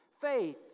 faith